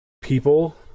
People